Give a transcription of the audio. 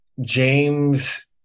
James